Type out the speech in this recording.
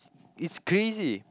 it's crazy